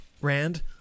rand